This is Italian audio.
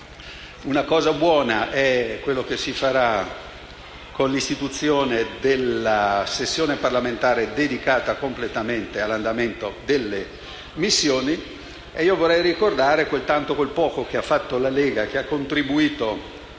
Una cosa buona è ciò che si farà con l'istituzione della sessione parlamentare completamente dedicata all'andamento delle missioni. Vorrei ricordare quel tanto o quel poco che ha fatto la Lega, che ha contribuito